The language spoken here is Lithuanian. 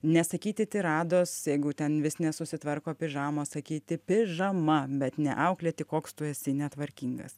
nesakyti tirados jeigu ten vis nesusitvarko pižamos sakyti pižama bet neauklėti koks tu esi netvarkingas